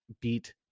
beat